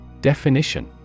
Definition